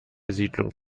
siedlung